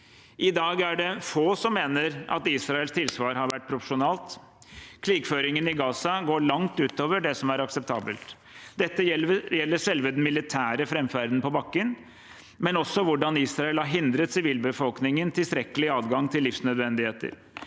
I dag er det få som mener at Israels tilsvar har vært proporsjonalt. Krigføringen i Gaza går langt ut over det som er akseptabelt. Dette gjelder selve den militære framferden på bakken, men også hvordan Israel har hindret sivilbefolkningen tilstrekkelig adgang til livsnødvendigheter.